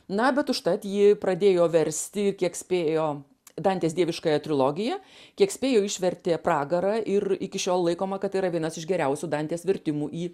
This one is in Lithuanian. na bet užtat ji pradėjo versti ir kiek spėjo dantės dieviškąją trilogiją kiek spėjo išvertė pragarą ir iki šiol laikoma kad tai yra vienas iš geriausių dantės vertimų į